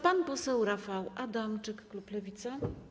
Pan poseł Rafał Adamczyk, klub Lewica.